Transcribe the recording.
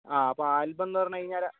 ആ അപ്പോൾ ആൽബം എന്ന് പറഞ്ഞുകഴിഞ്ഞാൽ